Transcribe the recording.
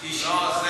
לא.